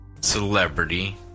celebrity